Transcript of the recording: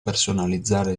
personalizzare